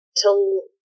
to-